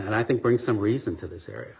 and i think bring some reason to this area